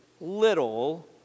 little